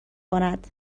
کند